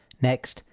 next,